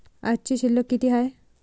आजची शिल्लक किती हाय?